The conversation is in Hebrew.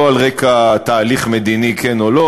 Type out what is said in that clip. לא על רקע תהליך מדיני כן או לא,